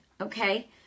okay